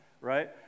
right